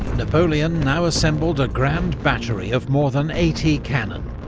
napoleon now assembled a grand battery of more than eighty cannon,